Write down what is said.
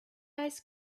ice